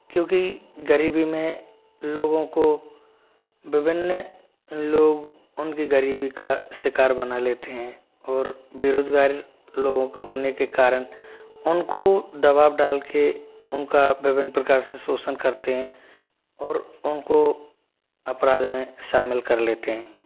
क्योंकि ग़रीबी में लोगों को विभिन्न लोग उन की ग़रीबी का शिकार बना लेते हैं और बेरोज़गारी लोगों को होने के कारण उन को दबाव डाल के उन का विभिन्न प्रकार से शोषण करते हैं और उन को अपराध में शामिल कर लेते हैं